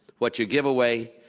what you give away,